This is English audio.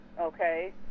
Okay